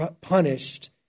punished